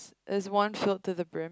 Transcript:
there's one filled to the brim